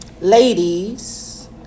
Ladies